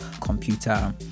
computer